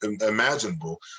imaginable